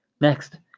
Next